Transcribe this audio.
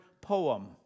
poem